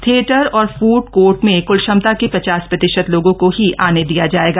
theatre और food court में क्ल क्षमता के पचास प्रतिशत लोगों को ही थ ने दिया जाएगा